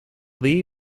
lee